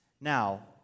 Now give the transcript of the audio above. Now